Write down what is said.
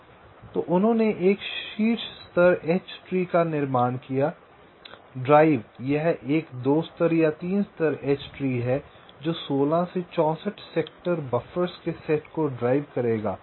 तो उन्होंने एक शीर्ष स्तर एच ट्री का निर्माण किया ड्राइव यह एक 2 स्तर या 3 स्तर एच ट्री है जो 16 से 64 सेक्टर बफ़र्स के सेट को ड्राइव करेगा